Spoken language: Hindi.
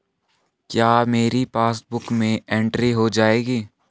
क्या मेरी पासबुक में एंट्री हो जाएगी?